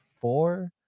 four